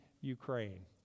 Ukraine